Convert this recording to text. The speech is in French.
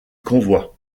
convoi